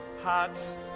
hearts